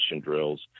drills